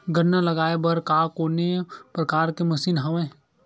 गन्ना लगाये बर का कोनो प्रकार के मशीन हवय?